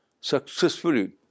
successfully